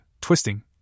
twisting